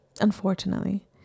Unfortunately